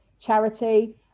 charity